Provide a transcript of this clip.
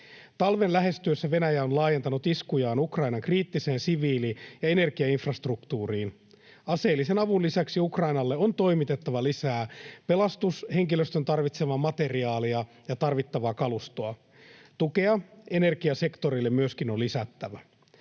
Talven lähestyessä Venäjä on laajentanut iskujaan Ukrainan kriittiseen siviili- ja energiainfrastruktuuriin. Aseellisen avun lisäksi Ukrainalle on toimitettava lisää pelastushenkilöstön tarvitsemaa materiaalia ja tarvittavaa kalustoa. Tukea energiasektorille on myöskin lisättävä.